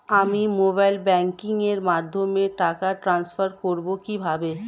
আমি mobile banking এর মাধ্যমে টাকা টান্সফার করব কিভাবে?